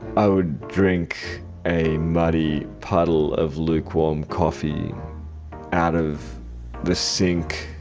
i would drink a muddy puddle of lukewarm coffee out of the sink